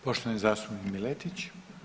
Poštovani zastupnik Miletić.